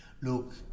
Look